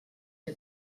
que